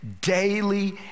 daily